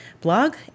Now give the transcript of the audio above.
blog